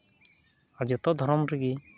ᱟᱨ ᱡᱚᱛᱚ ᱫᱷᱚᱨᱚᱢ ᱨᱮᱜᱮ